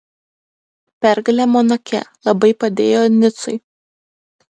pergalė monake labai padėjo nicui